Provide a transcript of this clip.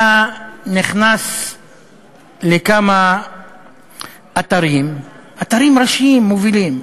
אתה נכנס לכמה אתרים, אתרים ראשיים, מובילים.